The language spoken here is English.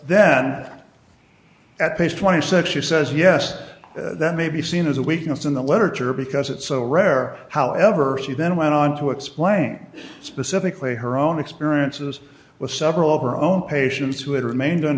then at page twenty percent she says yes that may be seen as a weakness in the literature because it's so rare however she then went on to explain specifically her own experiences with several of her own patients who had remain